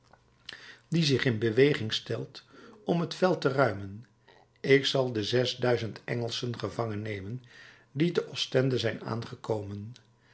die zich in beweging stelt om het veld te ruimen ik zal de zes duizend engelschen gevangen nemen die te ostende zijn aangekomen